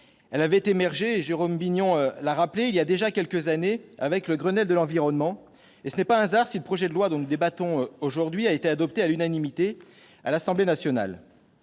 elle avait émergé, il y a déjà quelques années, avec le Grenelle de l'environnement. Ce n'est pas un hasard si le projet de loi dont nous débattons aujourd'hui a été adopté à l'unanimité à l'Assemblée nationale.